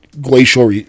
Glacial